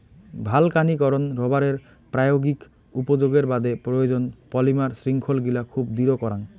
ভালকানীকরন রবারের প্রায়োগিক উপযোগের বাদে প্রয়োজন, পলিমার শৃঙ্খলগিলা খুব দৃঢ় করাং